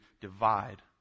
divide